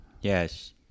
Yes